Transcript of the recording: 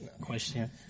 question